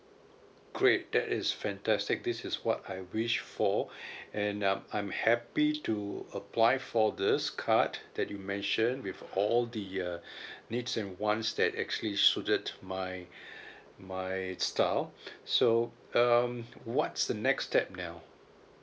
great that is fantastic this is what I wish for and um I'm happy to apply for this card that you mention with all the uh needs and wants that actually suited my my style so um what's the next step now